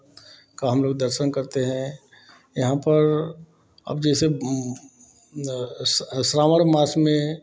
का हम लोग दर्शन करते हैं यहाँ पर अब जैसे श्रावण मास में